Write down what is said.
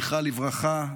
זכרה לברכה,